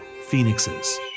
phoenixes